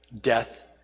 death